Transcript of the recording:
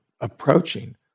approaching